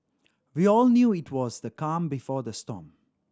we all knew it was the calm before the storm